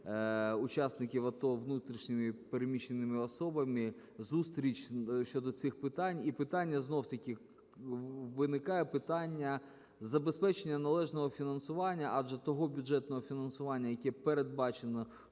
учасників АТО внутрішньо переміщеними особами, зустріч щодо цих питань. І питання, знову-таки, виникає питання забезпечення належного фінансування, адже того бюджетного фінансування, яке передбачено